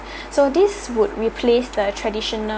so this would replace the traditional